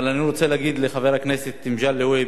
אבל אני רוצה להגיד לחבר הכנסת מגלי והבה: